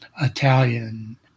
Italian